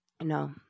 No